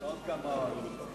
ככה להתרווח.